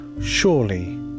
surely